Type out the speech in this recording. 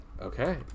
Okay